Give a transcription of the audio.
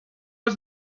was